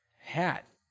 hat